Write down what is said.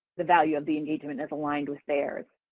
the value of the engagement is aligned with theirs.